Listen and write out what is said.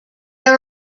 are